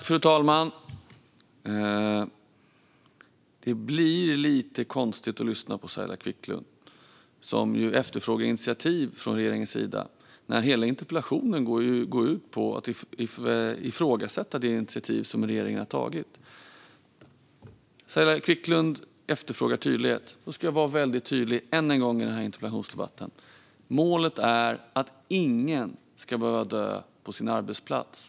Fru talman! Det Saila Quicklund säger blir lite konstigt. Hon efterfrågar initiativ från regeringen, men hela interpellationen går ut på att ifrågasätta det initiativ som regeringen har tagit. Saila Quicklund efterfrågar tydlighet. Jag ska än en gång i den här interpellationsdebatten vara tydlig. Målet är att ingen ska behöva dö på sin arbetsplats.